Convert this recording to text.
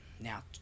Now